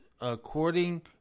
According